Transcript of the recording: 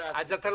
במס